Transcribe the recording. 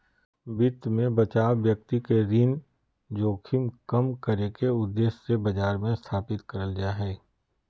वित्त मे बचाव व्यक्ति के ऋण जोखिम कम करे के उद्देश्य से बाजार मे स्थापित करल जा हय